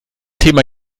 thema